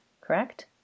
Correct